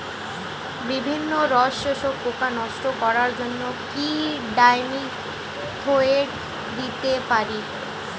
বিভিন্ন রস শোষক পোকা নষ্ট করার জন্য কি ডাইমিথোয়েট দিতে পারি?